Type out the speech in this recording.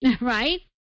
Right